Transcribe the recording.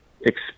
expect